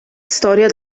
storia